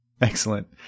Excellent